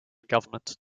government